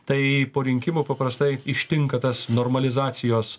tai po rinkimų paprastai ištinka tas normalizacijos